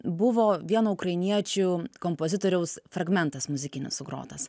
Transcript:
buvo vieno ukrainiečių kompozitoriaus fragmentas muzikinis sugrotas